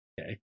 Okay